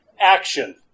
action